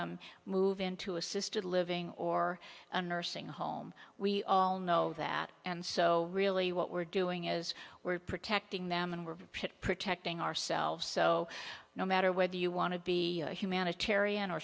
them move into assisted living or a nursing home we all know that and so really what we're doing is we're protecting them and we're protecting ourselves so no matter whether you want to be humanitarian